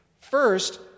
First